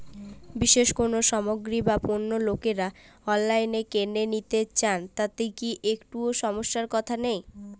বিশেষ কোনো সামগ্রী বা পণ্য লোকেরা অনলাইনে কেন নিতে চান তাতে কি একটুও সমস্যার কথা নেই?